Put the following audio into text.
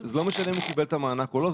זה לא משנה אם הוא קיבל את המענק או לא,